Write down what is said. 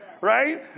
right